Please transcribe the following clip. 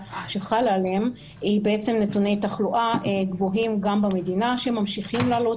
שחלה עליהם היא בעצם נתוני תחלואה גבוהים גם במדינה שממשיכים לעלות.